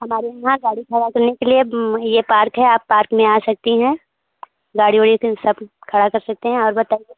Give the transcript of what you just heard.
हमारे यहाँ गाड़ी खड़ा करने के लिए यह पार्क है आप पार्क में आ सकती हैं गाड़ी ओड़ी एथिन सब खड़ा कर सकती हैं और बताइए